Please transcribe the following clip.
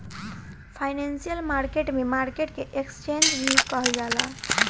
financial market में market के exchange भी कहल जाला